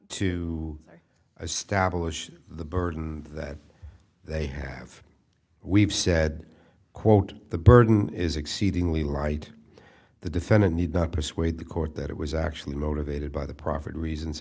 to establish the burden that they have we've said quote the burden is exceedingly light the defendant need not persuade the court that it was actually motivated by the proffered reasons